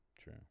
True